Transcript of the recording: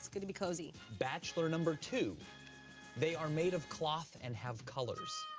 it's good to be cozy. bachelor number two they are made of cloth and have colors.